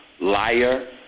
liar